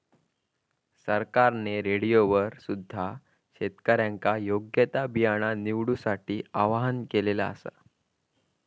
सरकारने रेडिओवर सुद्धा शेतकऱ्यांका योग्य ता बियाणा निवडूसाठी आव्हाहन केला आसा